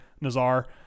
Nazar